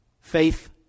Faith